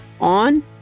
on